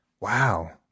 Wow